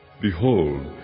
Behold